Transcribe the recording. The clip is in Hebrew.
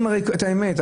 יודעים את האמת.